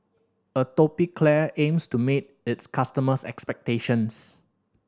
Atopiclair aims to meet its customers' expectations